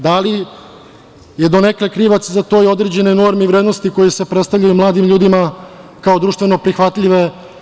Da li su donekle krivac za to i određene norme i vrednosti koje se predstavljaju mladim ljudima kao društveno prihvatljive?